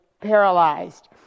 paralyzed